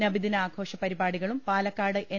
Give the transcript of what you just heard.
നബിദിനാഘോഷ പരിപാടികളും പാലക്കാട് എൻ